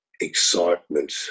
excitement